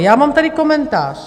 Já mám tady komentář.